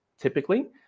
typically